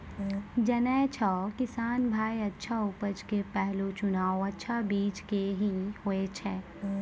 जानै छौ किसान भाय अच्छा उपज के पहलो चुनाव अच्छा बीज के हीं होय छै